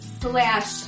slash